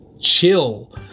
chill